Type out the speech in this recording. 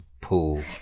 pool